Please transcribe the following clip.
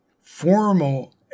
Formal